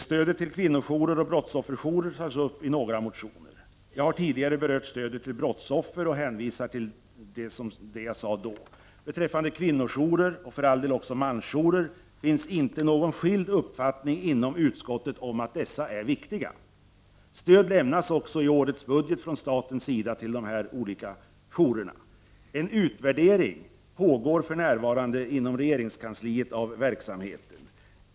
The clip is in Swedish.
Stödet till kvinnojourer och brottsofferjourer tas upp i några motioner. Jag har tidigare berört stödet till brottsoffer och hänvisar till det jag sade då. Beträffande kvinnojourer — och för all del också mansjourer — finns inte några skilda uppfattningar inom utskottet beträffande att dessa är viktiga. Stöd lämnas också i årets budget till dessa olika jourer från statens sida. En utvärdering av verksamheten pågår för närvarande inom regeringskansliet.